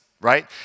Right